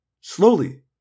slowly